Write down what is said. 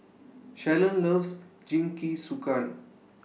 Shalon loves Jingisukan